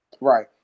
Right